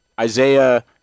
Isaiah